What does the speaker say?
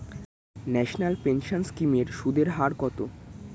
National pension scheme এর সুদের হার কত?